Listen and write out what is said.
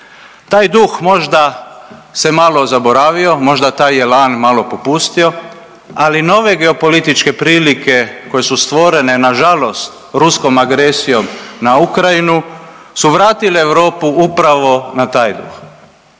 Taj duh možda se malo zaboravio, možda je taj elan malo popustio. Ali nove geopolitičke prilike koje su stvorene na žalost ruskom agresijom na Ukrajinu su vratile Europu upravo na taj duh.